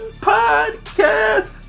podcast